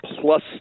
plus